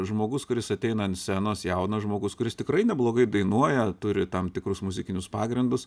žmogus kuris ateina ant scenos jaunas žmogus kuris tikrai neblogai dainuoja turi tam tikrus muzikinius pagrindus